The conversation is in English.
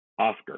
Oscar